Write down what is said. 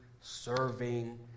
serving